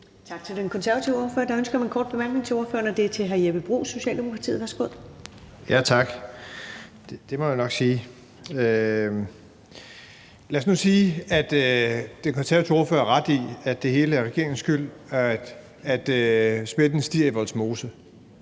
Tak til den konservative ordfører. Der er et ønske om en kort bemærkning til ordføreren fra hr. Jeppe Bruus, Socialdemokratiet. Værsgo. Kl. 14:40 Jeppe Bruus (S): Tak. Det må jeg nok sige. Lad os nu sige, at den konservative ordfører har ret i, at det hele er regeringens skyld – at smitten stiger i Vollsmose,